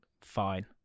fine